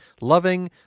Loving